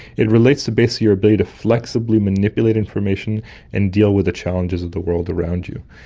it relates to basically your ability to flexibly manipulate information and deal with the challenges of the world around you.